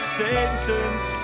sentence